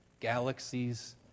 galaxies